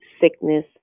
sickness